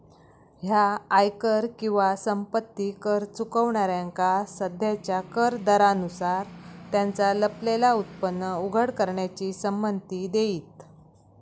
ह्या आयकर किंवा संपत्ती कर चुकवणाऱ्यांका सध्याच्या कर दरांनुसार त्यांचा लपलेला उत्पन्न उघड करण्याची संमती देईत